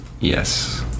yes